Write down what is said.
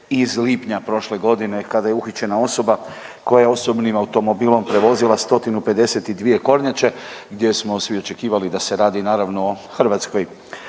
iz lipnja prošle godine kada je uhićena osoba koja je osobnim automobilom prevozila 152 kornjače, gdje smo svi očekivali da se radi naravno o hrvatskoj